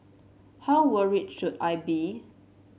how worried should I be